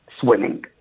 swimming